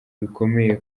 bikomeye